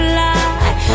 lie